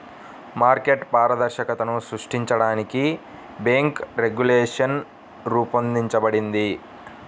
market పారదర్శకతను సృష్టించడానికి bank regulation రూపొందించబడింది